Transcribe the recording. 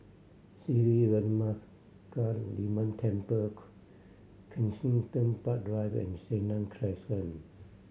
Sri Veeramakaliamman Temple Kensington Park Drive and Senang Crescent